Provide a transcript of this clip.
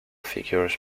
figures